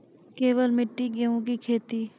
केवल मिट्टी गेहूँ की खेती?